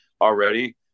already